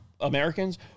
Americans